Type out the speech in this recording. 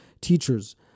teachers